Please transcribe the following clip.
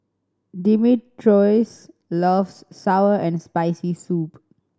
Dimitrios loves sour and Spicy Soup